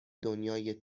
دنیای